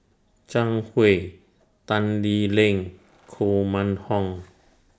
Zhang Hui Tan Lee Leng Koh Mun Hong